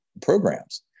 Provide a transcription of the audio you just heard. programs